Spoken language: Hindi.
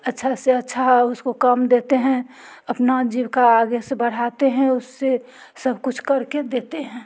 अच्छा से अच्छा उसको काम देते हैं अपना जीविका आगे से बढ़ाते हैं उससे सब कुछ कर के देते हैं